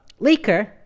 Leaker